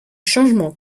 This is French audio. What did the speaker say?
changement